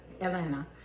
Atlanta